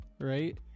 right